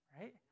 right